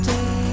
Day